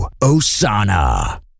Osana